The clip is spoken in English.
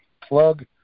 plug